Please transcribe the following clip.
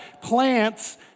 plants